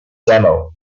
demo